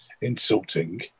insulting